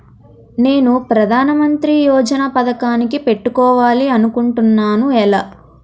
నేను ప్రధానమంత్రి యోజన పథకానికి పెట్టుకోవాలి అనుకుంటున్నా ఎలా?